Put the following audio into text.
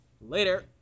Later